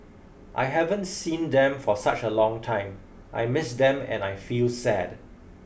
I haven't seen them for such a long time I miss them and I feel sad